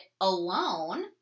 alone